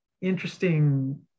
interesting